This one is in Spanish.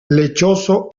lechoso